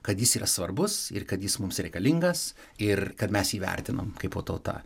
kad jis yra svarbus ir kad jis mums reikalingas ir kad mes jį įvertinom kaipo tauta